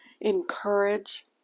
encourage